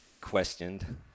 questioned